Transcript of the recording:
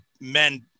men